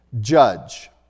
Judge